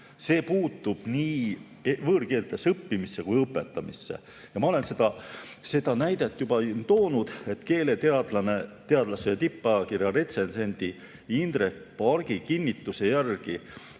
See puutub nii võõrkeeltes õppimisse kui ka õpetamisse. Ma olen seda näidet juba küll toonud, aga keeleteadlase ja tippajakirja retsensendi Indrek Pargi kinnituse järgi